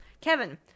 kevin